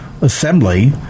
Assembly